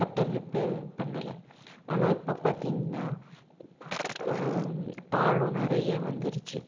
கட்டமைப்பு பண்ணலை ஆனால் இப்போ பார்த்தீங்கனா பாலம் நிறைய வந்துடுச்சி